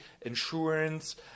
insurance